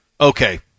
okay